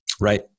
Right